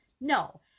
no